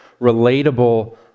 relatable